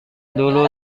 dulu